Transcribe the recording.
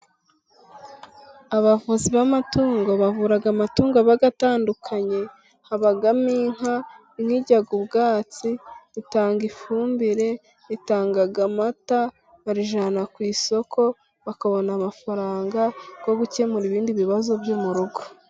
Abavuzi b'amatungo bavura amatungo aba agatandukanye habamo inka. Inka irya ubwatsi, itanga ifumbire, itangaga amata, barijyana ku isoko bakabona amafaranga yo gukemura ibindi bibazo byo mu rugo.